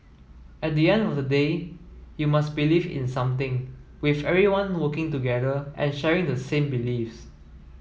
at the end of the day you must believe in something with everyone working together and sharing the same beliefs